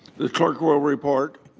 will report